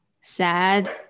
sad